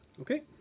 Okay